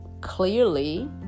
clearly